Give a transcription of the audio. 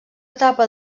etapa